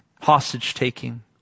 hostage-taking